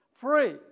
Free